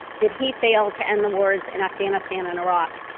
did he fail to end the wars in afghanistan and iraq,